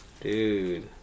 dude